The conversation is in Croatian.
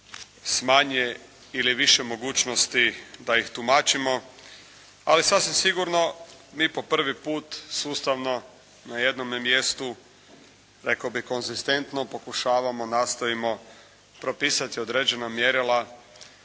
s manje ili više mogućnosti da ih tumačimo, ali sasvim sigurno mi po prvi puta sustavno na jednome mjestu rekao bih konzistentno pokušavamo i nastojimo propisati određena mjerila